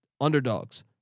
underdogs